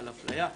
על אפליה,